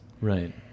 Right